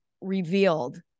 revealed